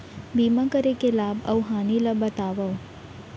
बीमा करे के लाभ अऊ हानि ला बतावव